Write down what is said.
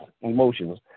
emotions